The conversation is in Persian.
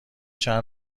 چند